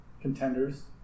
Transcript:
contenders